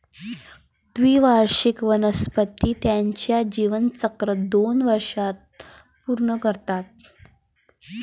द्विवार्षिक वनस्पती त्यांचे जीवनचक्र दोन वर्षांत पूर्ण करतात